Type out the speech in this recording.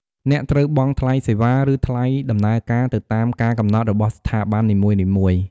អ្នកត្រូវបង់ថ្លៃសេវា ឬថ្លៃដំណើរការទៅតាមការកំណត់របស់ស្ថាប័ននីមួយៗ។